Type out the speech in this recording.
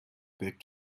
back